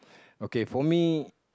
okay for me